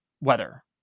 weather